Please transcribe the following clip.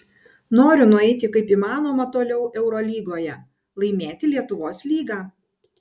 noriu nueiti kaip įmanoma toliau eurolygoje laimėti lietuvos lygą